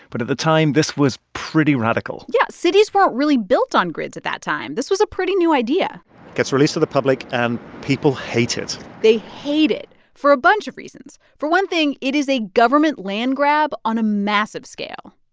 but at the time, this was pretty radical yeah. cities weren't really built on grids at that time. this was a pretty new idea gets released to the public, and people hate it they hate it for a bunch of reasons. for one thing, it is a government land grab on a massive scale.